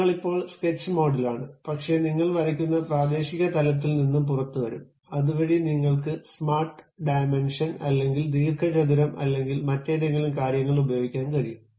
നിങ്ങൾ ഇപ്പോഴും സ്കെച്ച് മോഡിലാണ് പക്ഷേ നിങ്ങൾ വരയ്ക്കുന്ന പ്രാദേശിക തലത്തിൽ നിന്ന് പുറത്തുവരും അതുവഴി നിങ്ങൾക്ക് സ്മാർട്ട് ഡൈമൻഷൻ അല്ലെങ്കിൽ ദീർഘചതുരം അല്ലെങ്കിൽ മറ്റേതെങ്കിലും കാര്യങ്ങൾ ഉപയോഗിക്കാൻ കഴിയും